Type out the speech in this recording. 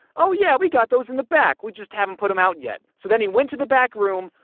oh, yeah we got those in the back. we just haven't put them out yet. so then he went to the back room,